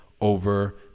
over